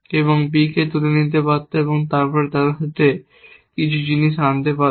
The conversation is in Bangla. এবং B কে তুলে নিতে পারত এবং তারপরে তাদের সাথে কিছু জিনিস আনতে পারত